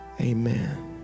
Amen